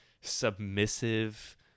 submissive